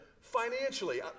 financially